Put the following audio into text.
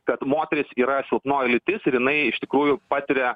kad moteris yra silpnoji lytis ir jinai iš tikrųjų patiria